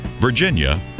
Virginia